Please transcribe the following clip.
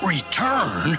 Return